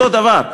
אותו דבר,